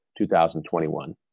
2021